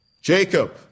Jacob